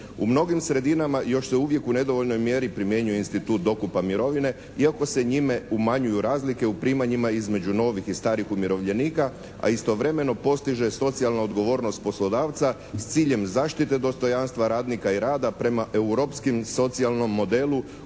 U mnogim sredinama još se uvijek u nedovoljnoj mjeri primjenjuje institut dokupa mirovine iako se njime umanjuju razlike u primanjima između novih i starih umirovljenika, a istovremeno postiže socijalna odgovornost poslodavca s ciljem zaštite dostojanstva radnika i rada prema europskim i socijalnom modelu